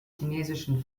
chinesischen